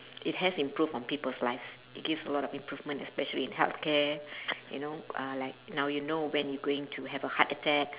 it has improve on people's lives it gives a lot improvement especially in healthcare you know uh like now you know when going to have a heart attack